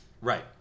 Right